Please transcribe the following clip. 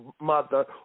mother